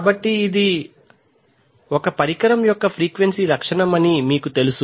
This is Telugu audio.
కాబట్టి ఇది ఒక పరికరం యొక్క ఫ్రీక్వెన్సీ లక్షణం అని మీకు తెలుసు